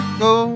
go